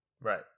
Right